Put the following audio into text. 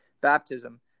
baptism